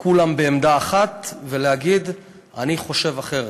כולם בעמדה אחת ולהגיד: אני חושב אחרת.